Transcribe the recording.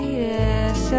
yes